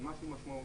זה משהו משמעותי.